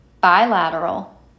bilateral